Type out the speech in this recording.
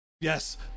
Yes